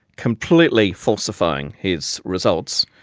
completely falsifying his results,